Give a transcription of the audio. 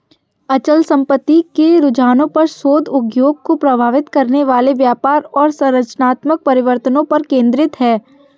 अचल संपत्ति के रुझानों पर शोध उद्योग को प्रभावित करने वाले व्यापार और संरचनात्मक परिवर्तनों पर केंद्रित है